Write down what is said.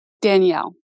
Danielle